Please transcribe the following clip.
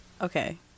Okay